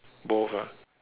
both ah